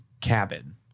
cabin